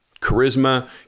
charisma